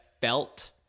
felt